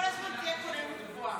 החוקה,